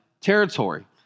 territory